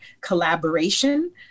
collaboration